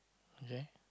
okay